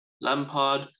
Lampard